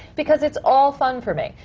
because it's all fun for me.